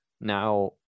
Now